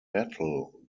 battle